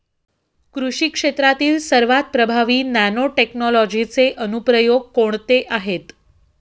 कृषी क्षेत्रातील सर्वात प्रभावी नॅनोटेक्नॉलॉजीचे अनुप्रयोग कोणते आहेत?